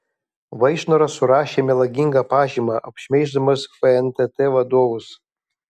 vaišnoras surašė melagingą pažymą apšmeiždamas fntt vadovus